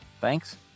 Thanks